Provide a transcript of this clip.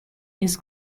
his